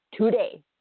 today